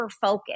focus